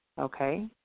Okay